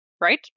right